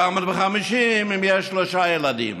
ל-1,750, אם יש שלושה ילדים.